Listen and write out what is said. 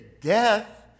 death